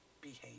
behave